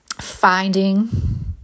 finding